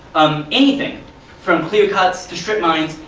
um anything from clear-cuts to strip-mines,